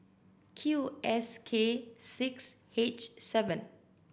Q S K six H seven